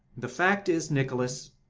the fact is, nicholas